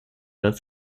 als